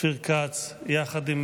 אופיר כץ, יחד עם